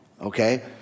Okay